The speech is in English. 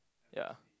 ya